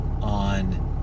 on